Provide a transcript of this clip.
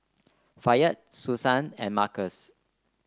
Fayette Susann and Markus